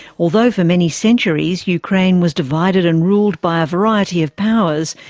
although for many centuries ukraine was divided and ruled by a variety of powers,